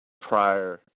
prior